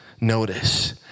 notice